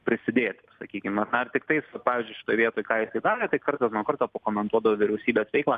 prisidėti sakykim nes na ar tiktais pavyzdžiui šitoj vietoj ką jisai darė tai kartas nuo karto pakomentuodavo vyriausybės veiklą